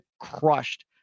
crushed